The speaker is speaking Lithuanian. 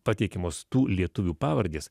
pateikiamos tų lietuvių pavardės